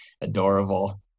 adorable